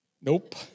Nope